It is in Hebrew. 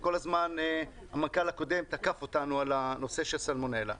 כשכל הזמן המנכ"ל הקודם תקף אותנו על הנושא של סלמונלה.